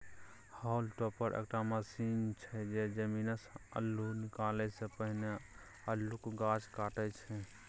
hall topper एकटा machine छै जे जमीनसँ अल्लु निकालै सँ पहिने अल्लुक गाछ काटय छै